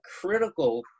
critical